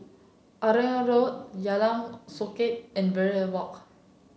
Arumugam Road Jalan Songket and Verde Walk